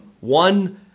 one